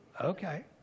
Okay